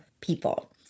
people